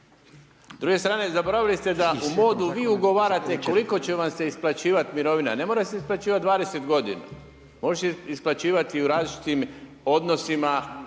druge strane zaboravili ste da u modu vi ugovarate koliko će vam se isplaćivati mirovina, ne mora vam se isplaćivati 20 godina, može se isplaćivati i u različitim odnosima,